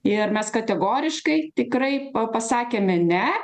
ir mes kategoriškai tikrai pa pasakėme ne